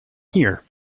here